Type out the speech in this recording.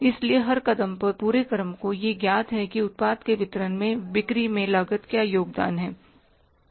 इसलिए हर कदम पर पूरे क्रम को यह ज्ञात है कि उत्पाद के वितरण में बिक्री में लागत क्या योगदान है